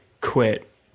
quit